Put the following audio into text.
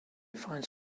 finds